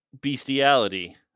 bestiality